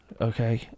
okay